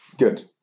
Good